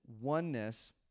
oneness